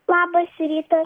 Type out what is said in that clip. labas rytas